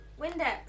Windex